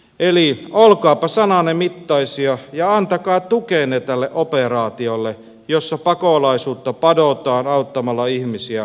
eli olkaapa sananne mittaisia ja antakaa tukenne tälle operaatiolle jossa pakolaisuutta padotaan auttamalla ihmisiä heidän kotimaassaan